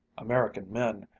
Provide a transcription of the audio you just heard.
american men,